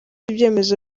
ibyemezo